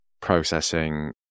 processing